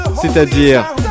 C'est-à-dire